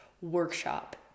workshop